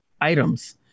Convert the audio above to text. items